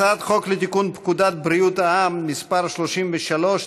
הצעת חוק לתיקון פקודת בריאות העם (מס' 33),